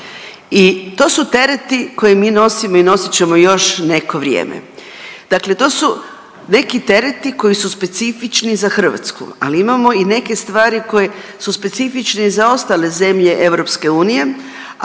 i to su tereti koje mi nosimo i nosit ćemo još neko vrijeme, dakle to su neki tereti koji su specifični za Hrvatsku, ali imamo i neke stvari koje su specifične i za ostale zemlje EU,